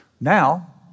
Now